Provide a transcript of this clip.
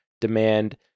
demand